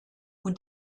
und